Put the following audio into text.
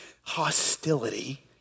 hostility